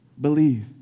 Believe